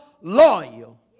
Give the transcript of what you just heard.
loyal